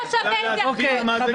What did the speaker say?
לא שווה התייחסות.